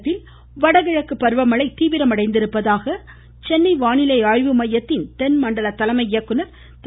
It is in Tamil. தமிழகத்தில் வடகிழக்கு பருவமழை தீவிரமடைந்திருப்பதாக சென்னை வானிலை ஆய்வுமைய தென்மண்டல தலைமை இயக்குநர் திரு